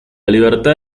libertad